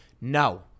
no